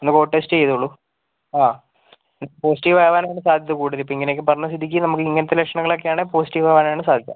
ഒന്ന് പോയി ടെസ്റ്റ് ചെയ്തോളൂ ആ പോസിറ്റീവ് അവാനാണ് സാധ്യത കൂടുതൽ ഇപ്പോൾ ഇങ്ങനെ ഒക്കെ പറഞ്ഞ സ്ഥിതിക്ക് നമുക്ക് ഇങ്ങനത്തെ ലക്ഷണങ്ങൾ ആണെങ്കിൽ പോസിറ്റീവ് ആവാൻ ആണ് സാധ്യത